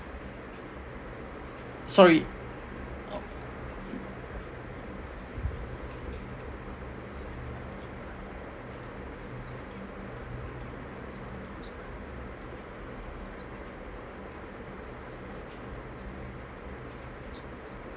sorry